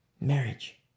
Marriage